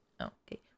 Okay